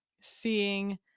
seeing